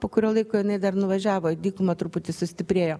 po kurio laiko dar nuvažiavo į dykumą truputį sustiprėjo